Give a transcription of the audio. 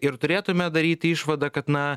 ir turėtume daryti išvadą kad na